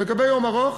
לגבי יום ארוך,